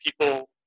people